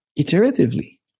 iteratively